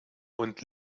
und